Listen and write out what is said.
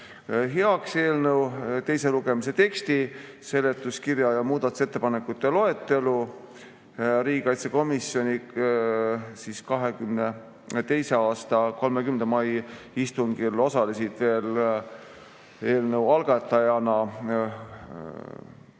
heaks eelnõu teise lugemise teksti, seletuskirja ja muudatusettepanekute loetelu. Riigikaitsekomisjoni 2022. aasta 30. mai istungil osales veel eelnõu algatajana